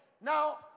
Now